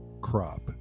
crop